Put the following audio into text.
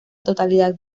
totalidad